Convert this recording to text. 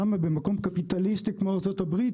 למה במקום קפיטליסטי כמו ארצות הברית